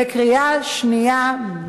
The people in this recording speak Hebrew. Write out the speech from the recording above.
בקריאה שנייה.